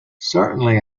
certainly